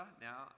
now